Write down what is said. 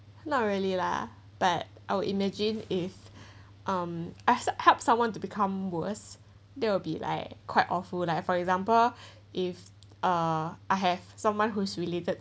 not really lah but I'll imagine if um asked to help someone to become worse there will be like quite awful like for example if uh I have someone who's related